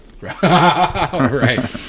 Right